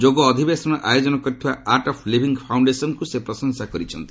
ଯୋଗ ଅଧିବେଶନର ଆୟୋଜନ କରିଥିବା ଆର୍ଟ୍ ଅଫ୍ ଲିଭିଂ ଫାଉଶ୍ଡେସନ୍କୁ ସେ ପ୍ରଶଂସା କରିଛନ୍ତି